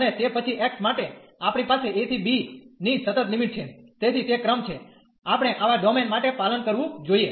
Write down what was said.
અને તે પછી x માટે આપણી પાસે a ¿b ની સતત લિમિટ છે તેથી તે ક્રમ છે આપણે આવા ડોમેન માટે પાલન કરવું જોઈએ